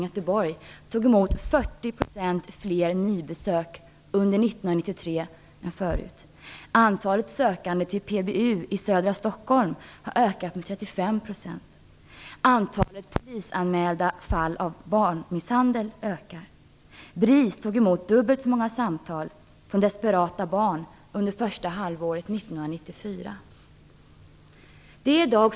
Göteborg tog emot 40 % fler nybesök under 1993 än året innan. - Antalet sökande till PBU i södra Stockholm har ökat med 35 %.- Antalet polisanmälda fall av barnmisshandel ökar. - BRIS tog emot dubbelt så många samtal från desperata barn under första halvåret 1994 som under motsvarande period 1993.